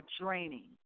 draining